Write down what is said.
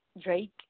Drake